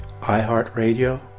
iHeartRadio